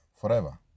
forever